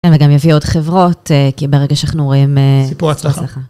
כן, וגם יביא עוד חברות, כי ברגע שאנחנו רואים... סיפור הצלחה.